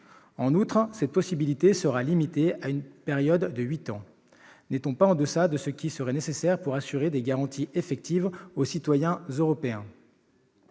En outre, cette possibilité sera limitée à une période de huit ans. N'est-on pas en deçà de ce qui serait nécessaire pour apporter des garanties effectives aux citoyens européens ?